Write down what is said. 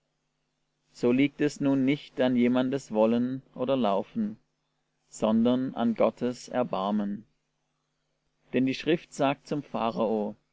so liegt es nun nicht an jemandes wollen oder laufen sondern an gottes erbarmen denn die schrift sagt zum